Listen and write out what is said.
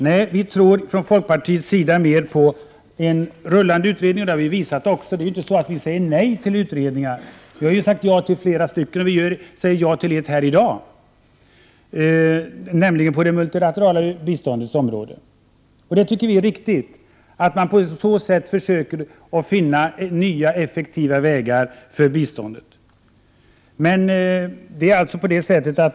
Nej, från folkpartiets sida tror vi mer på rullande utredningar, och det har vi också visat. Det är inte så att vi säger nej till utredningar — vi har sagt ja till flera stycken, och vi säger ja till en här i dag, nämligen på det multilaterala biståndets område. Vi tycker det är riktigt att man på så sätt försöker finna nya, effektiva vägar för biståndet.